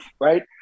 right